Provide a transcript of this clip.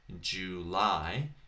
July